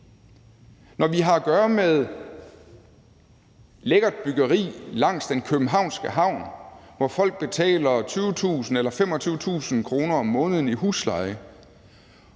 når vi har at gøre med lækkert byggeri langs den københavnske havn, hvor folk betaler 20.000 kr. eller 25.000 kr. om måneden i husleje,